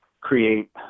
create